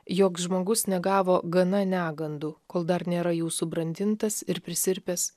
joks žmogus negavo gana negandų kol dar nėra jų subrandintas ir prisirpęs